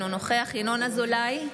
אינו נוכח ינון אזולאי,